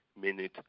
minute